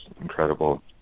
incredible